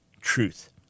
truth